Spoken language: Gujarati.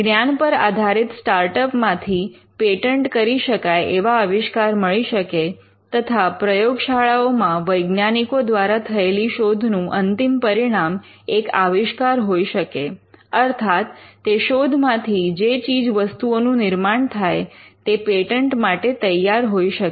જ્ઞાન પર આધારિત સ્ટાર્ટઅપ માંથી પેટન્ટ કરી શકાય એવા આવિષ્કાર મળી શકે તથા પ્રયોગશાળાઓમાં વૈજ્ઞાનિકો દ્વારા થયેલી શોધનું અંતિમ પરિણામ એક આવિષ્કાર હોઈ શકે અર્થાત તે શોધમાંથી જે ચીજ વસ્તુઓનું નિર્માણ થાય તે પેટન્ટ માટે તૈયાર હોઈ શકે